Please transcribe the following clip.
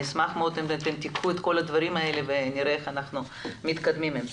אשמח אם תקחו את הדברים האלה ונראה איך אנחנו מתקדמים עם זה.